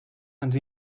ens